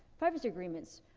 privacy agreements.